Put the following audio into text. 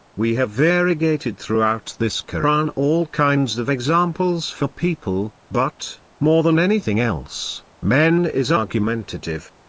we have variegated throughout this koran all kinds of examples for people, but, more than anything else, man is argumentative!